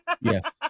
Yes